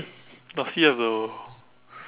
does he have the